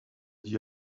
dit